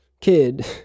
kid